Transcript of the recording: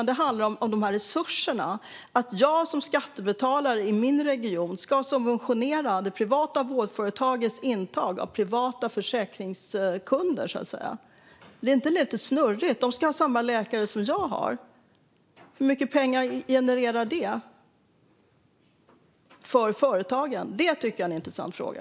Det handlar om resurserna: Jag som skattebetalare i min region ska inte behöva subventionera det privata vårdföretagets intag av privata försäkringskunder. Är det inte lite snurrigt om de ska ha samma läkare som jag har? Hur mycket pengar genererar det för företagen? Det är en intressant fråga.